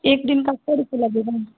एक दिन के सो रुपये लगेंगे